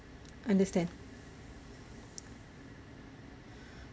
understand